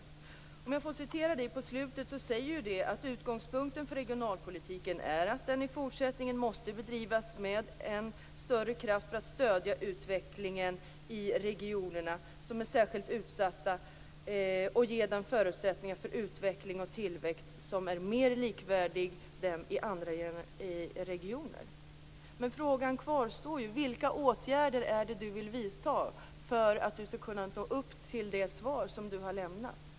Låt mig citera ur avslutningen av svaret: "Utgångspunkten för regionalpolitiken är att den i fortsättningen måste bedrivas med än större kraft för att stödja utvecklingen i de regioner som är särskilt utsatta och ge dem förutsättningar för utveckling och tillväxt som är mer likvärdiga dem i andra regioner." Men frågan kvarstår: Vilka åtgärder vill Ingegerd Wärnersson vidta för att leva upp till det lämnade svaret?